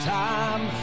time